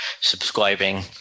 subscribing